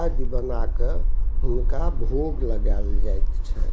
आदि बनाकऽ हुनका भोग लगाएल जाइत छनि